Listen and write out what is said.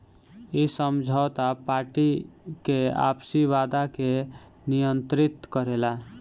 इ समझौता पार्टी के आपसी वादा के नियंत्रित करेला